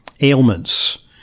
ailments